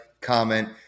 comment